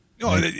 No